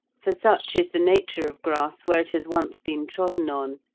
for such is the nature of grass where it has once been trodden on,